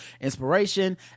inspiration